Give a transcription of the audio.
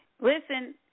Listen